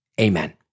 Amen